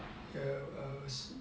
err